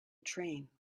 train